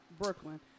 Brooklyn